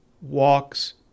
walks